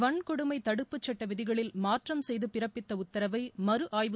வன்கொடுமை தடுப்புச் சட்ட விதிகளில் மாற்றம் செய்து பிறப்பித்த உத்தரவை மறுஆய்வு